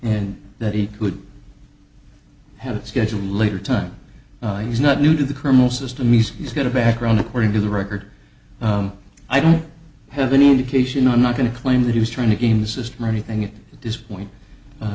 could have a schedule a later time he's not new to the criminal system he's he's got a background according to the record i don't have an indication i'm not going to claim that he was trying to game the system or anything at this point